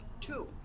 two